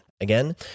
Again